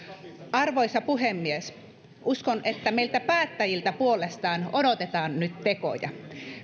arvoisa puhemies uskon että meiltä päättäjiltä puolestaan odotetaan nyt tekoja